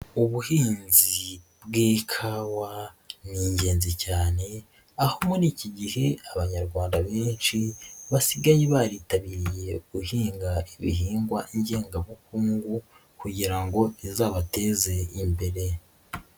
Ubuhinzi bw'ikawa ni ingenzi cyane aho muri iki gihe abanyarwanda benshi basigaye baritabiriye guhinga ibihingwa ngengabukungu kugira ngo bizabateze imbere.